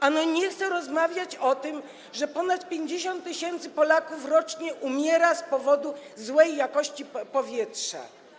Ano nie chce rozmawiać o tym, że ponad 50 tys. Polaków rocznie umiera z powodu złej jakości powietrza.